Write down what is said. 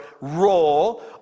role